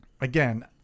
again